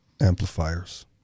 amplifiers